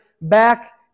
back